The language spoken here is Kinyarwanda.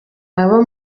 abo